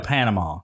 Panama